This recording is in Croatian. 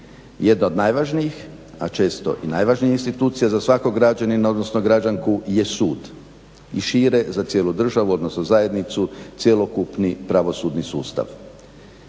Jedno od najvažnijih, a često i najvažnijih institucija za svakog građanina, odnosno građanku je sud i šire za cijelu državu, odnosno zajednicu, cjelokupni pravosudni sustav.